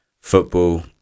football